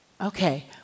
Okay